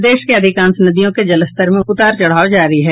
प्रदेश के अधिकांश नदियों के जलस्तर में उतार चढ़ाव जारी है